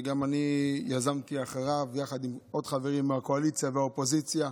וגם אני יזמתי אחריו יחד עם עוד חברים מהקואליציה והאופוזיציה.